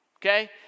Okay